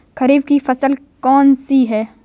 खरीफ की फसल कौन सी है?